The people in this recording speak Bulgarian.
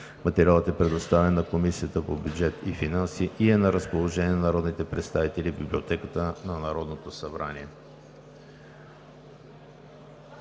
Материалът е предоставен на Комисията по бюджет и финанси и е на разположение на народните представители в Библиотеката на Народното събрание.